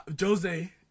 Jose